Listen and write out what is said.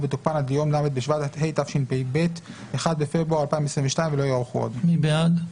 בתוקפן עד ליום ל' בשבט התשפ"ב (1 בפברואר 2022).". מי בעד?